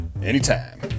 Anytime